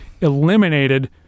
eliminated